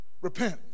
repent